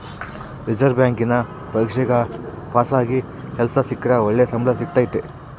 reserve ಬ್ಯಾಂಕಿನ ಪರೀಕ್ಷೆಗ ಪಾಸಾಗಿ ಕೆಲ್ಸ ಸಿಕ್ರ ಒಳ್ಳೆ ಸಂಬಳ ಸಿಕ್ತತತೆ